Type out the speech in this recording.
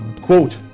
quote